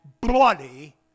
bloody